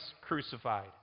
crucified